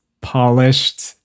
polished